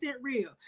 real